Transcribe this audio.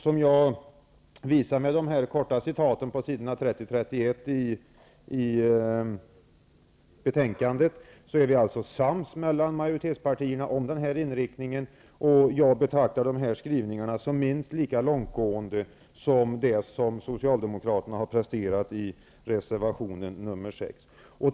Som jag visat med de korta citaten från s. 30 och 31 i betänkandet är vi alltså sams mellan majoritetspartierna om inriktningen. Och jag betraktar de här skrivningarna som minst lika långtgående som vad socialdemokraterna presterat i reservation 6.